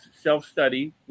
self-study